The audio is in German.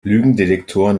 lügendetektoren